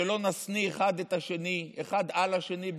שלא נשניא אחד את השני אחד על השני,